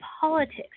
politics